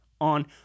on